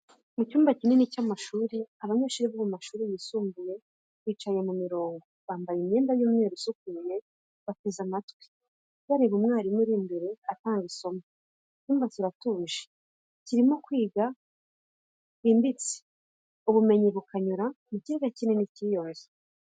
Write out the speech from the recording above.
Mu cyumba kinini cy’amashuri, abanyeshuri bo mu mashuri yisumbuye bicaye mu mirongo, bambaye imyenda y’umweru isukuye, bateze amatwi. Bareba umwarimu uri imbere atanga isomo. Icyumba kiratuje, kirimo kwiga kwimbitse, ubumenyi bukanyura mu kirere kinini cy’iyo nzu.